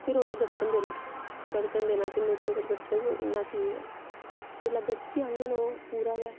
फिर उ'नेंगी गड़कन देना गड़कन देना जिन्ने चिर गड़कग उन्ना ठीक ऐ जेल्लै गड़की जाङन ओह् पूरा गै